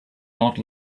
not